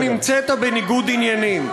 אף שנמצאת בניגוד עניינים?